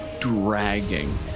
dragging